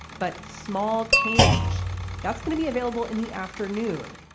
but small change that's going to be available in the afternoon.